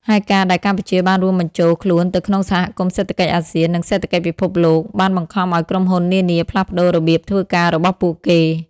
ហើយការដែលកម្ពុជាបានរួមបញ្ចូលខ្លួនទៅក្នុងសហគមន៍សេដ្ឋកិច្ចអាស៊ាន និងសេដ្ឋកិច្ចពិភពលោក បានបង្ខំឲ្យក្រុមហ៊ុននានាផ្លាស់ប្ដូររបៀបធ្វើការរបស់ពួកគេ។